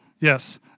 Yes